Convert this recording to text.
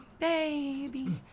Baby